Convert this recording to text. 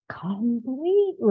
completely